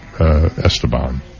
Esteban